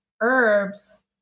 herbs